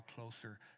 closer